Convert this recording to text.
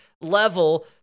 level